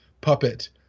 puppet